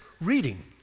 reading